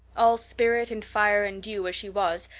all spirit and fire and dew, as she was,